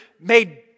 made